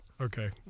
Okay